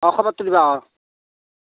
অঁ খবৰতো দিবা অঁ